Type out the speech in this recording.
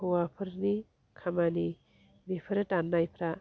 हौवाफोरनि खामानि बेफोरो दाननायफ्रा